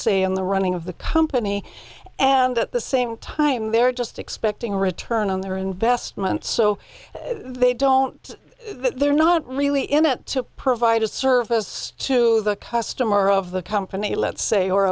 say in the running of the company and at the same time they're just expecting a return on their investment so they don't they're not really in it to provide a service to the tustin more of the tump and the let's say or